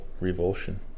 revulsion